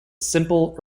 simple